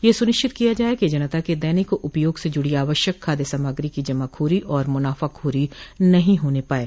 यह सुनिश्चित किया जाये कि जनता के दैनिक उपयोग से जुड़ी आवश्यक खाद्य सामग्री की जमाखोरी और मुनाफाखोरी नहीं होने पाये